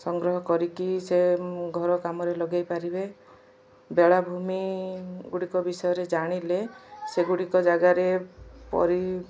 ସଂଗ୍ରହ କରିକି ସେ ଘର କାମରେ ଲଗେଇ ପାରିବେ ବେଳାଭୂମି ଗୁଡ଼ିକ ବିଷୟରେ ଜାଣିଲେ ସେଗୁଡ଼ିକ ଜାଗାରେ ପରି